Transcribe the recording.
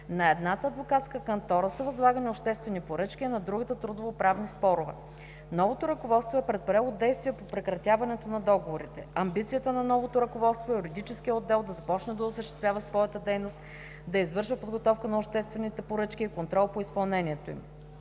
На едната адвокатска кантора са възлагани обществени поръчки, а на другата трудово-правни спорове. Новото ръководство е предприело действия по прекратяването на договорите. Амбицията на новото ръководство е юридическият отдел да започне да осъществява своята дейност, да извършва подготовката на обществените поръчки и контрол по изпълнението им.